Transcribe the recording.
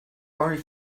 park